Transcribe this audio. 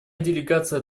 делегация